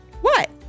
What